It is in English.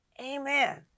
Amen